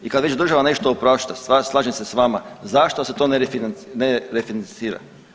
I kad već država nešto oprašta, slažem se s vama zašto se to ne bi refinancira.